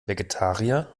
vegetarier